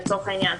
לצורך העניין,